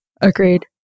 Agreed